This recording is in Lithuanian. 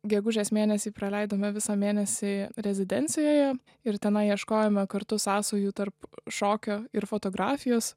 gegužės mėnesį praleidome visą mėnesį rezidencijoje ir tenai ieškojome kartu sąsajų tarp šokio ir fotografijos